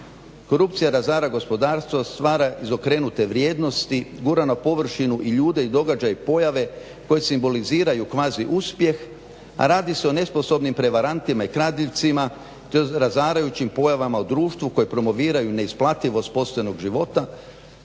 Korupcija razara gospodarstvo, stvara izokrenute vrijednosti, gura na površinu i ljude i događaje i pojave koje simboliziraju kvazi uspjeh, a radi se o nesposobnim prevarantima i kradljivcima te razarajućim pojavama u društvu koje promoviraju neisplativost …/Govornik